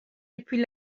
depuis